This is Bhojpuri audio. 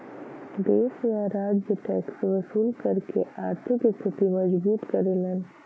देश या राज्य टैक्स वसूल करके आर्थिक स्थिति मजबूत करलन